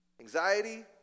Anxiety